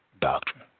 doctrine